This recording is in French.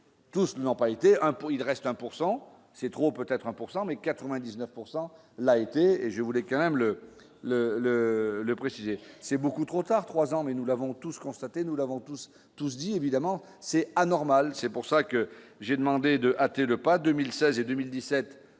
Tous ne l'ont pas été impôts il reste 1 pourcent c'est trop, peut-être 1 pourcent mais 99 pourcent l'a été et je voulais quand même le le le le préciser, c'est beaucoup trop tard, 3 ans, mais nous l'avons tous constaté, nous l'avons tous tous dit évidemment c'est anormal, c'est pour ça que j'ai demandé de hâter le pas 2016 et 2017